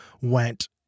went